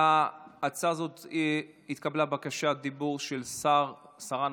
להצעה הזאת התקבלה בקשת דיבור של שרה נוספת.